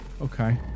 Okay